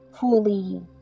fully